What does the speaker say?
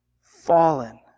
fallen